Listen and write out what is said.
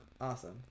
Awesome